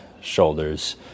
shoulders